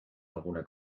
alguna